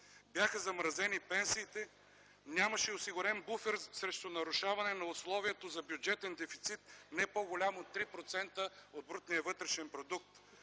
Бяха замразени пенсиите. Нямаше осигурен буфер срещу нарушаване на условията за бюджетен дефицит не по-голям от 3% от брутния вътрешен продукт.